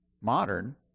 Modern